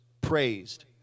praised